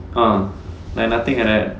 ah like nothing like that